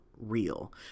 real